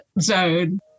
zone